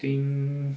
I think